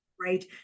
right